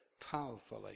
powerfully